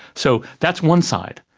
so that's one side.